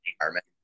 environment